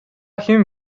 хэн